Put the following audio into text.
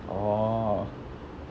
orh